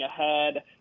ahead